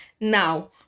now